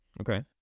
Okay